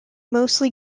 mostly